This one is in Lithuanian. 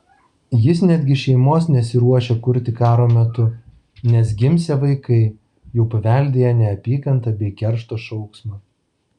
jis netgi šeimos nesiruošia kurti karo metu nes gimsią vaikai jau paveldėję neapykantą bei keršto šauksmą